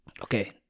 Okay